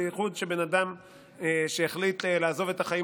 בייחוד שבן אדם שהחליט לעזוב את החיים